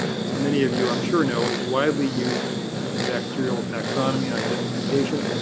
as many of you i'm sure know, is widely used in bacterial taxonomy identification.